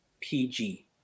PG